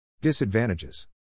Disadvantages